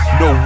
no